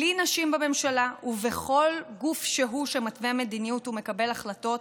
בלי נשים בממשלה ובכל גוף שהוא שמתווה מדיניות ומקבל החלטות,